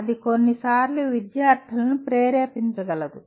అది కొన్నిసార్లు విద్యార్థులను ప్రేరేపించగలదు